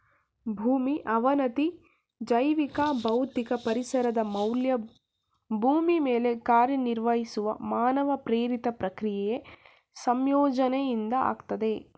ಭೂಮಿ ಅವನತಿ ಜೈವಿಕ ಭೌತಿಕ ಪರಿಸರದ ಮೌಲ್ಯ ಭೂಮಿ ಮೇಲೆ ಕಾರ್ಯನಿರ್ವಹಿಸುವ ಮಾನವ ಪ್ರೇರಿತ ಪ್ರಕ್ರಿಯೆ ಸಂಯೋಜನೆಯಿಂದ ಆಗ್ತದೆ